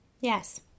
Yes